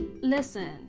Listen